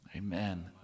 Amen